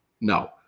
No